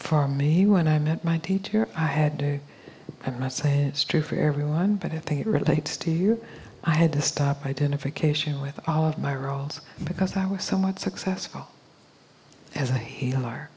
for me when i met my teacher i had to i must say it's true for everyone but i think it relates to you i had to stop identification with all of my roles because i was somewhat successful as a healer